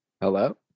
Hello